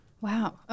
Wow